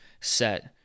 set